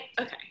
okay